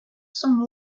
some